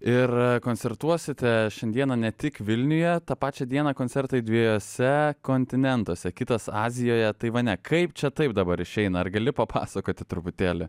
ir koncertuosite šiandieną ne tik vilniuje tą pačią dieną koncertai dviejuose kontinentuose kitas azijoje taivane kaip čia taip dabar išeina ar gali papasakoti truputėlį